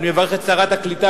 ואני מברך את שרת הקליטה,